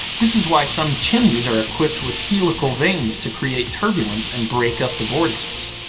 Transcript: this is why some chimneys are equipped with helical vanes to create turbulence and break up the vortices.